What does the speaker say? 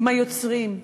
עם היוצרים,